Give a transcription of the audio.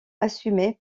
assumé